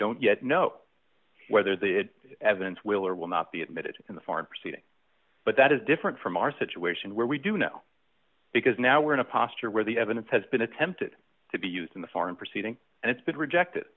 don't yet know whether the evidence will or will not be admitted in the foreign proceeding but that is different from our situation where we do know because now we're in a posture where the evidence has been attempted to be used in the foreign proceeding and it's been rejected